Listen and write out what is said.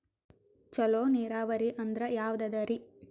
ಚಲೋ ನೀರಾವರಿ ಅಂದ್ರ ಯಾವದದರಿ?